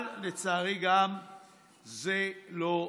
אבל לצערי גם זה לא נעשה.